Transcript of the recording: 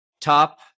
top